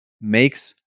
makes